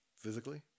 Physically